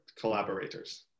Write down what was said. collaborators